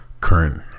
current